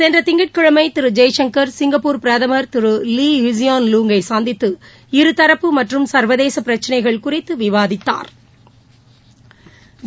சென்ற திங்கட்கிழமை திரு ஜெய்சங்கர் சிங்கப்பூர் பிரதமர் திரு லீ ஹிசியள் லூங் யை சந்தித்து இருதரப்பு மற்றும் சர்வதேச பிரச்சினைகள் குறித்து விவாதித்தாா்